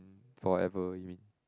forever you mean